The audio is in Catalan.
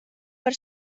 per